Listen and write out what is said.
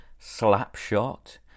Slapshot